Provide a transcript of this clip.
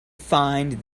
find